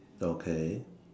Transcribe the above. okay